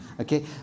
Okay